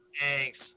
thanks